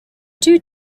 two